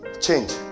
change